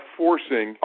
forcing